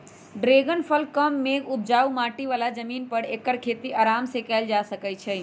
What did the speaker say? dragon फल कम मेघ कम उपजाऊ माटी बला जमीन पर ऐकर खेती अराम सेकएल जा सकै छइ